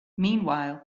meanwhile